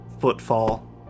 footfall